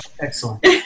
Excellent